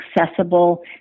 accessible